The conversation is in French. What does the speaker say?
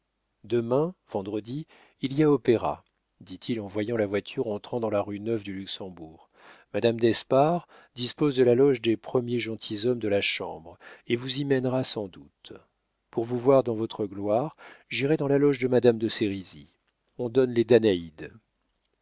demain vendredi il y a opéra dit-il en voyant la voiture entrant dans la rue neuve du luxembourg madame d'espard dispose de la loge des premiers gentilshommes de la chambre et vous y mènera sans doute pour vous voir dans votre gloire j'irai dans la loge de madame de sérizy on donne les danaïdes